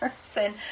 person